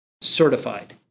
certified